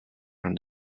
from